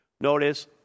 Notice